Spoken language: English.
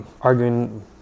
arguing